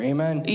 Amen